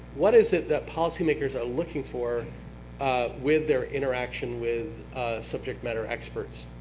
what is it that policymakers are looking for with their interaction with subject matter experts?